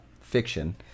fiction